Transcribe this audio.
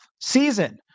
season